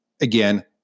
again